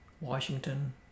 Washington